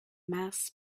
mass